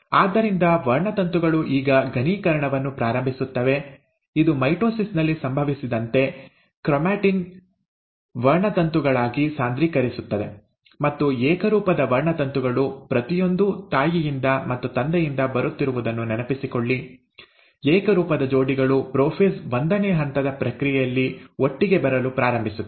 ಆದ್ದರಿಂದ ವರ್ಣತಂತುಗಳು ಈಗ ಘನೀಕರಣವನ್ನು ಪ್ರಾರಂಭಿಸುತ್ತವೆ ಇದು ಮೈಟೊಸಿಸ್ ನಲ್ಲಿ ಸಂಭವಿಸಿದಂತೆ ಕ್ರೊಮ್ಯಾಟಿನ್ ವರ್ಣತಂತುಗಳಾಗಿ ಸಾಂದ್ರೀಕರಿಸುತ್ತದೆ ಮತ್ತು ಏಕರೂಪದ ವರ್ಣತಂತುಗಳು ಪ್ರತಿಯೊಂದೂ ತಾಯಿಯಿಂದ ಮತ್ತು ತಂದೆಯಿಂದ ಬರುತ್ತಿರುವುದನ್ನು ನೆನಪಿಸಿಕೊಳ್ಳಿ ಏಕರೂಪದ ಜೋಡಿಗಳು ಪ್ರೊಫೇಸ್ ಒಂದನೇ ಹಂತದ ಪ್ರಕ್ರಿಯೆಯಲ್ಲಿ ಒಟ್ಟಿಗೆ ಬರಲು ಪ್ರಾರಂಭಿಸುತ್ತವೆ